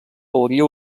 hauria